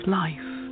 life